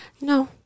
no